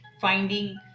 finding